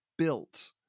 built